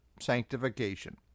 sanctification